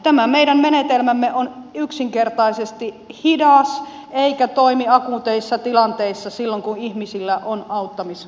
tämä meidän menetelmämme on yksinkertaisesti hidas eikä toimi akuuteissa tilanteissa silloin kun ihmisillä on auttamishalua